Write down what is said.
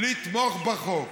לתמוך בחוק.